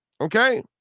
Okay